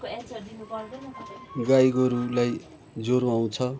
गाई गोरूलाई जरो आउँछ